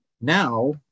Now